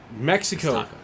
Mexico